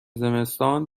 زمستان